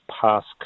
past